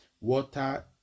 Water